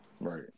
right